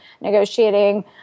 negotiating